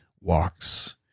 walks